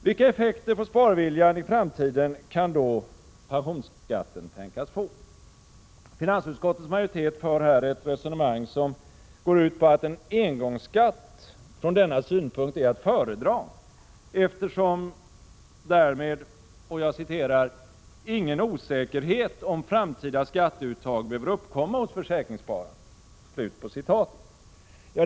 Vilka effekter på sparviljan i framtiden kan då pensionsskatten tänkas få? Finansutskottets majoritet för här ett resonemang, som går ut på att en engångsskatt från denna synpunkt är att föredra, eftersom därmed ”ingen osäkerhet om framtida skatteuttag behöver uppkomma hos försäkringsspararna”.